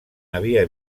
havia